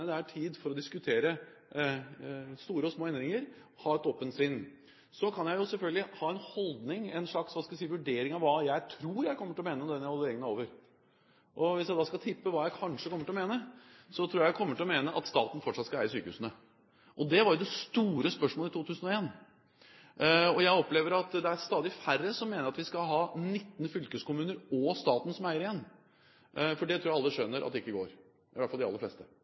det er tid for å diskutere store og små endringer og ha et åpent sinn. Jeg kan selvfølgelig ha en holdning, en slags vurdering av hva jeg tror jeg kommer til å mene når denne evalueringen er over. Hvis jeg skal tippe hva jeg kanskje kommer til å mene, tror jeg at jeg kommer til å mene at staten fortsatt skal eie sykehusene. Det var det store spørsmålet i 2001. Og jeg opplever at det er stadig færre som mener at vi skal ha 19 fylkeskommuner og staten som eier igjen, for det tror jeg alle skjønner ikke går – i hvert fall de aller fleste.